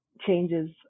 changes